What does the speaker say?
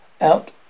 out